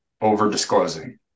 over-disclosing